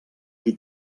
qui